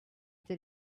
that